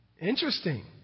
Interesting